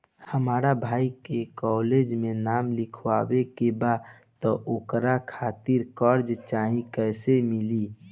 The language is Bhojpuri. हमरा भाई के कॉलेज मे नाम लिखावे के बा त ओकरा खातिर कर्जा चाही कैसे मिली?